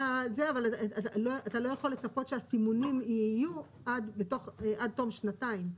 אבל אתה לא יכול לצפות שהסימונים יהיו עד תום שנתיים,